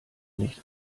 nicht